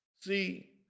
See